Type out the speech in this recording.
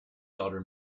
daughter